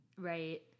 Right